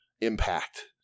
Impact